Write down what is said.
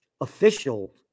Official